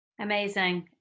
Amazing